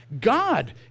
God